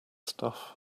stuff